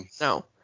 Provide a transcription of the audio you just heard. No